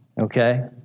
Okay